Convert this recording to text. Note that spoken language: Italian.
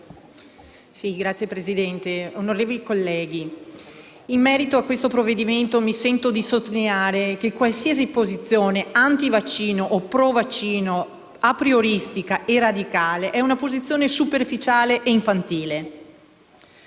Signora Presidente, onorevoli colleghi, in merito a questo provvedimento mi sento di sottolineare che qualsiasi posizione antivaccini o provaccini aprioristica e radicale è superficiale e infantile.